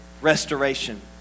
restoration